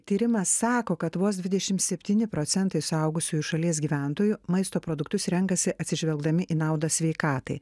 tyrimas sako kad vos dvidešim septyni procentai suaugusių šalies gyventojų maisto produktus renkasi atsižvelgdami į naudą sveikatai